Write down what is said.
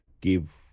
give